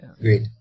great